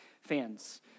fans